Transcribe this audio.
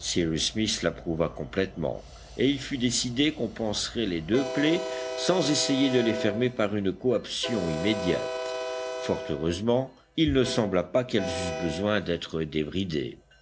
l'approuva complètement et il fut décidé qu'on panserait les deux plaies sans essayer de les fermer par une coaptation immédiate fort heureusement il ne sembla pas qu'elles eussent besoin d'être débridées